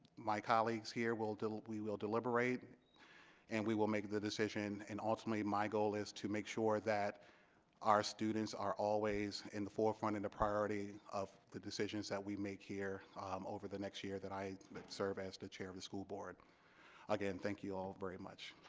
my colleagues here will will we will deliberate and we will make the decision and ultimately my goal is to make sure that our students are always in the forefront in the priority of the decisions that we make here over the next year that i serve as the chair of the school board again thank you all very much.